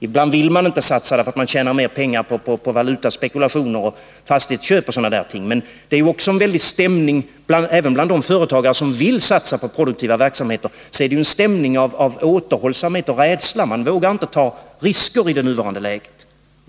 Ibland vill man inte satsa för att man tjänar mer pengar på valutaspekulationer och fastighetsköp, men även bland de företagare som vill satsa på produktiva verksamheter är det en stämning av återhållsamhet och rädsla. De vågar inte ta risker i nuvarande läge.